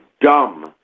dumb